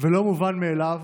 ולא מובן מאליו